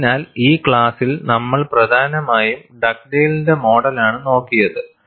അതിനാൽ ഈ ക്ലാസ്സിൽ നമ്മൾ പ്രധാനമായും ഡഗ്ഡെയ്ലിന്റെ മോഡലാണ് നോക്കിയത്